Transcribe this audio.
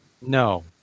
No